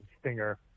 stinger